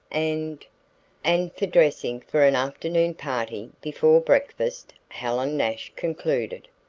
and and for dressing for an afternoon party before breakfast, helen nash concluded.